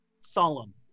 solemn